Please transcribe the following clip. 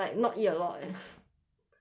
like not eat a lot leh